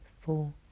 four